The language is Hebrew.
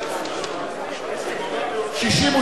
התשע"א 2011,